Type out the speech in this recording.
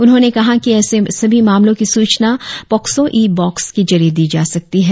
उन्होंने कहा कि ऐसे सभी मामलों की सूचना पॉक्सो ई बॉक्स के जरिए दी जा सकती है